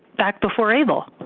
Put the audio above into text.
back before able?